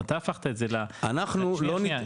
אתה הפכת את זה, שנייה שנייה.